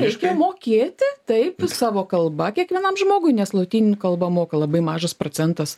reikia mokėti taip savo kalba kiekvienam žmogui nes lotynų kalbą moka labai mažas procentas